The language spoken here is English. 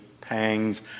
pangs